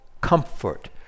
comfort